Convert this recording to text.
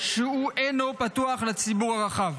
שהוא אינו פתוח לציבור הרחב.